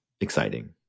exciting